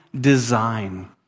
design